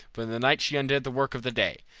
but in the night she undid the work of the day.